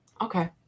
Okay